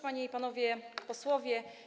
Panie i Panowie Posłowie!